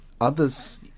others